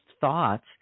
thoughts